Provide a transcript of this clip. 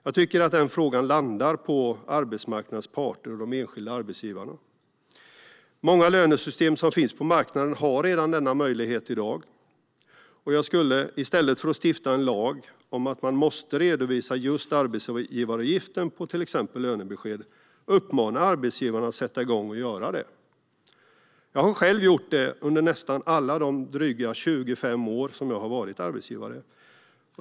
Jag tycker att den frågan landar hos arbetsmarknadens parter och de enskilda arbetsgivarna. Många lönesystem som finns på marknaden har i dag redan denna möjlighet. I stället för att stifta en lag om att man måste redovisa arbetsgivaravgiften på till exempel lönebeskeden skulle jag uppmana arbetsgivare att sätta igång och göra det. Jag har själv gjort det under nästan alla de dryga 25 år jag varit arbetsgivare.